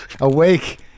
awake